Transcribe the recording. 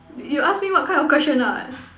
you ask me what kind of question not